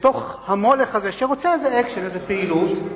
לתוך המולך הזה שרוצה איזה אקשן, איזו פעילות,